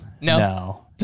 No